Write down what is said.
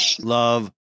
love